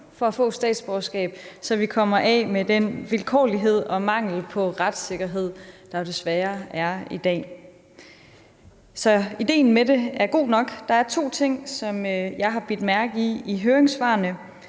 for at få statsborgerskab, så vi kommer af med den vilkårlighed og mangel på retssikkerhed, der jo desværre er i dag. Så ideen med det er god nok. Der er to ting, som jeg har bidt mærke i i høringssvarene,